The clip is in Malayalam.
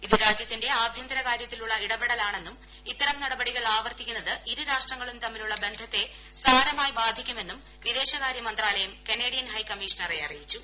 ഇത് രാജ്യത്തിന്റെ ആഭ്യന്തര കാര്യത്തിലുള്ള ഇടപെടൽ ആണെന്നും ഇത്തരം നടപടികൾ ആവർത്തിക്കുന്നത് ഇരു രാഷ്ട്രങ്ങളും തമ്മിലുള്ള ബന്ധത്തെ സാരമായി ബാധിക്കുമെന്നും വിദേശ്കാര്യ മന്ത്രാലയം കനേഡിയൻ ഹൈക്കമ്മിഷണറെ അറിയിച്ചു